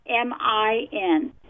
M-I-N